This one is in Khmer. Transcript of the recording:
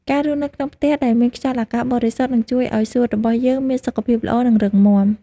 ការរស់នៅក្នុងផ្ទះដែលមានខ្យល់អាកាសបរិសុទ្ធនឹងជួយឱ្យសួតរបស់យើងមានសុខភាពល្អ និងរឹងមាំ។